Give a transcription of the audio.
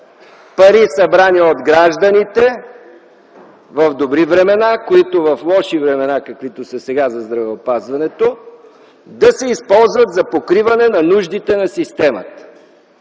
Пари събрани от гражданите, в добри времена, които в лоши времена, каквито са сега за здравеопазването, да се използват за покриване на нуждите на системата.